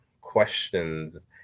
questions